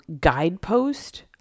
guidepost